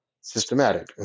systematic